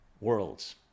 worlds